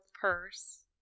purse